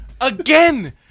Again